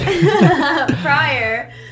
prior